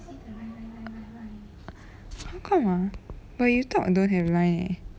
how come uh but you talk I don't have line leh